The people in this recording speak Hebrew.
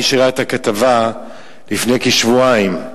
מי שראה את הכתבה לפני כשבועיים,